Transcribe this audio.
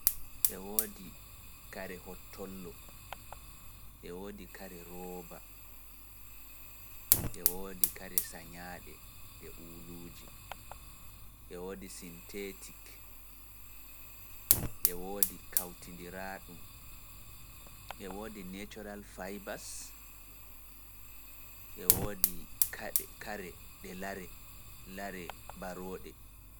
e woodi kare hotollo, e woodi kare rooba, e woodi kare sañaaɗe e uuluuji, e woodi syntetik, e woodi kawtindiraaɗum, e woodi natural faybas, e woodi kare e lare, lare barooɗe.